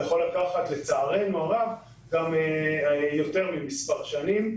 יכולות לקחת גם יותר ממספר שנים.